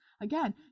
Again